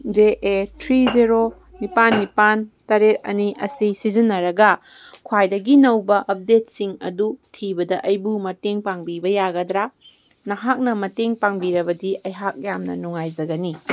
J A three zero ꯅꯤꯄꯥꯜ ꯅꯤꯄꯥꯜ ꯇꯔꯦꯠ ꯑꯅꯤ ꯑꯁꯤ ꯁꯤꯖꯤꯟꯅꯔꯒ ꯈ꯭ꯋꯥꯏꯗꯒꯤ ꯅꯧꯕ ꯑꯞꯗꯦꯗꯁꯤꯡ ꯑꯗꯨ ꯊꯤꯕꯗ ꯑꯩꯕꯨ ꯃꯇꯦꯡ ꯄꯥꯡꯕꯤꯕ ꯌꯥꯒꯗ꯭ꯔꯥ ꯅꯍꯥꯛꯅ ꯃꯇꯦꯡ ꯄꯥꯡꯕꯤꯔꯕꯗꯤ ꯑꯩꯍꯥꯛ ꯌꯥꯝꯅ ꯅꯨꯡꯉꯥꯏꯖꯒꯅꯤ